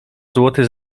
złoty